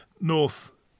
North